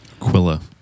Quilla